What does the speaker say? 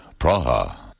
Praha